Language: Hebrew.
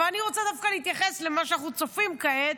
אבל אני רוצה דווקא להתייחס למה שאנחנו צופים כעת,